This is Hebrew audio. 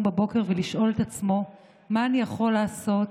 בבוקר ולשאול את עצמו: מה אני יכול לעשות?